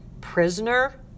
Prisoner